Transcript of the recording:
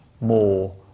more